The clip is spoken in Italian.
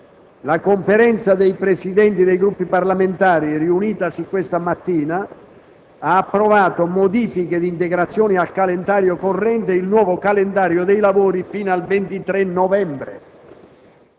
La Conferenza dei Presidenti dei Gruppi parlamentari, riunitasi questa mattina, ha approvato modifiche ed integrazioni al calendario corrente e il nuovo calendario dei lavori fino al 23 novembre.